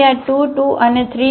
તેથી આ 2 2 અને 3 છે